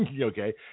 okay